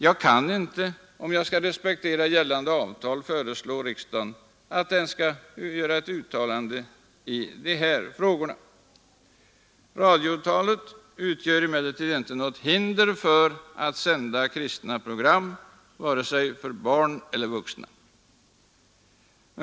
Jag kan inte, om vi skall respektera gällande avtal, föreslå riksdagen att göra ett uttalande i dessa frågor. Radioavtalet utgör emellertid inte något hinder för att sända kristna program för vare sig barn eller vuxna.